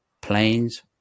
planes